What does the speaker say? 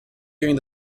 during